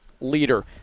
leader